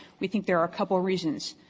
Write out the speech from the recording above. we think there are a couple reasons.